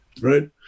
Right